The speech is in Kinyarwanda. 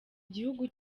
igihugu